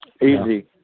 Easy